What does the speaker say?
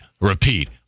repeat